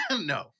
No